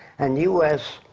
and u s.